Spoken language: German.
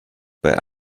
bei